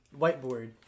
whiteboard